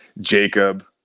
Jacob